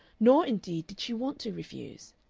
nor, indeed, did she want to refuse.